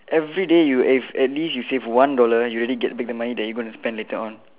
everyday you if at least you save one dollar you already get back the money that you going to spend later on